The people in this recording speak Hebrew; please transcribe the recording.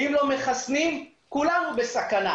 אם לא מחסנים, כולנו בסכנה.